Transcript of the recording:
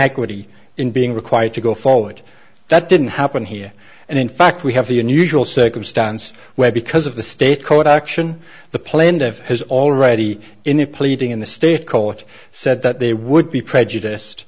equity in being required to go forward that didn't happen here and in fact we have the and usual circumstance where because of the state court action the plaintiff has already in the pleading in the state colt said that they would be prejudiced